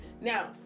now